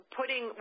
putting